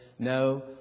No